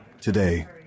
today